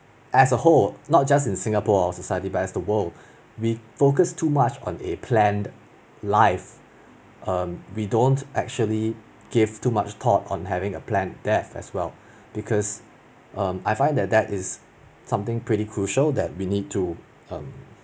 as a whole not just in singapore or society but as the world we focus too much on a planned life um we don't actually give too much thought on having a plan death as well because um I find that that is something pretty crucial we need to um